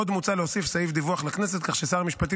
עוד מוצע להוסיף סעיף דיווח לכנסת כך ששר המשפטים